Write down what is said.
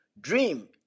Dream